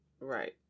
Right